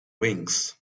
wings